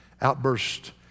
Outburst